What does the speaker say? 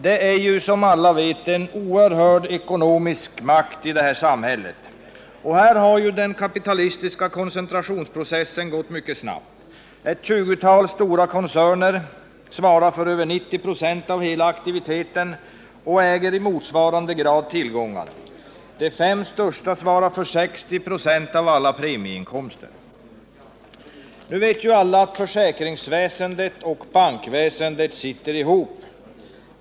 Det är, som alla vet, en oerhörd ekonomisk makt i detta samhälle. Och här har den kapitalistiska koncentrationsprocessen gått mycket snabbt. Ett 20-tal stora koncerner svarar för över 90 96 av hela aktiviteten och äger i motsvarande grad tillgångar. De fem största svarar för 60 96 av alla premieinkomster. Nu vet ju alla att försäkringsväsendet och bankväsendet sitter ihop.